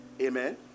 Amen